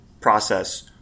process